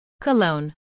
Cologne